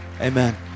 Amen